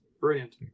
brilliant